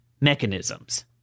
mechanisms